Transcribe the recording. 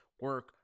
Work